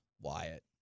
Wyatt